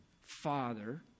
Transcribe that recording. father